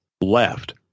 left